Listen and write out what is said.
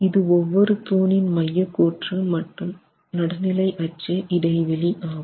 இது ஒவ்வொரு தூணின் மையக்கோட்டு மற்றும் நடுநிலை அச்சு இடைவெளி ஆகும்